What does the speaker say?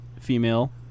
female